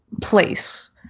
place